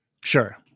Sure